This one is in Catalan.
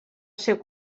ser